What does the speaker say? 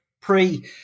pre